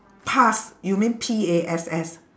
pass you mean P A S S